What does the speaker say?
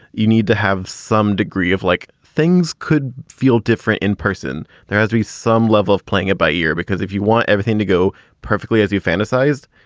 you need to have some degree of like things could feel different in person. there has to be some level of playing it by ear, because if you want everything to go perfectly as you fantasized,